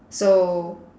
so